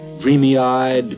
dreamy-eyed